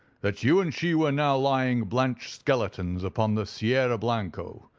that you and she were now lying blanched skeletons upon the sierra blanco,